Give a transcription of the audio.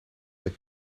the